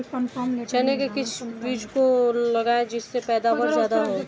चने के किस बीज को लगाएँ जिससे पैदावार ज्यादा हो?